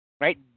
right